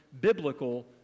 biblical